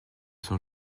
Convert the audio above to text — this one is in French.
sont